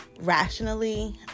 rationally